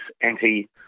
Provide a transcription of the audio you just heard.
anti